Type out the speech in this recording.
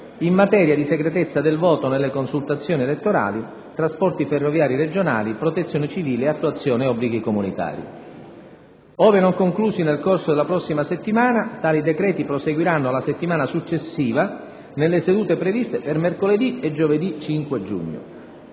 in materia di segretezza del voto nelle consultazioni elettorali, trasporti ferroviari regionali, protezione civile e attuazione degli obblighi comunitari. Ove non conclusi nel corso della prossima settimana, tali decreti proseguiranno la settimana successiva, nelle sedute previste per mercoledì 4 e giovedì 5 giugno.